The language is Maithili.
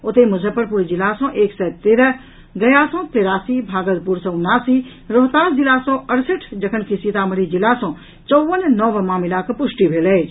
ओतहि मुजफ्फरपुर जिला सॅ एक सय तेरह गया सॅ तेरासी भागलपुर सॅ उनासी रोहतास जिला सॅ अड़सठि जखनकि सीतामढी जिला सॅ चौवन नव मामिलाक पुष्टि भेल अछि